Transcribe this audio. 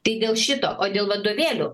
tai dėl šito o dėl vadovėlių